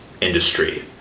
industry